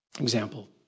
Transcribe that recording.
Example